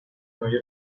mayor